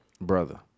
Brother